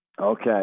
Okay